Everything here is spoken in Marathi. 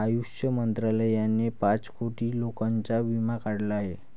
आयुष मंत्रालयाने पाच कोटी लोकांचा विमा काढला आहे